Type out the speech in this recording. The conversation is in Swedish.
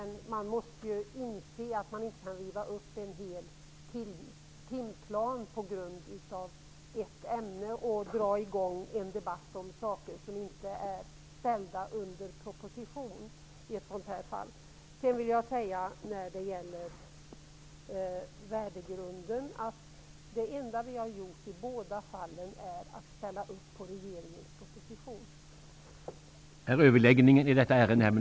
Naturligtvis hade vi i kds kunnat väcka en motion, men man måste kunna inse att det inte går att riva upp en hel timplan på grund av ett ämne.